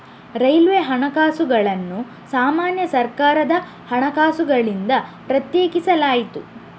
railway ಹಣಕಾಸುಗಳನ್ನು ಸಾಮಾನ್ಯ ಸರ್ಕಾರದ ಹಣಕಾಸುಗಳಿಂದ ಪ್ರತ್ಯೇಕಿಸಲಾಯಿತು